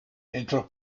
entrò